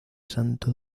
santo